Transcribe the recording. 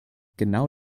genau